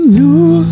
new